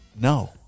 No